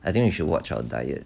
I think we should watch your diet